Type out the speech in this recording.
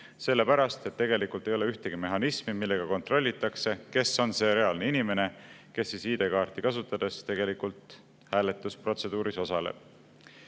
sellepärast et tegelikult ei ole ühtegi mehhanismi, millega saaks kontrollida, kes on see reaalne inimene, kes ID-kaarti kasutades hääletusprotseduuris osaleb.